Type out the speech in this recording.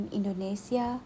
Indonesia